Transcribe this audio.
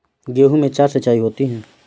गेहूं में चार सिचाई होती हैं